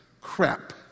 crap